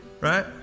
right